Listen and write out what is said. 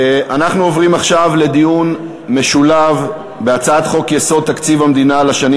אנחנו עוברים עכשיו לדיון משולב בהצעת חוק-יסוד: תקציב המדינה לשנים